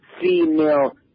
female